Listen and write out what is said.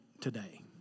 today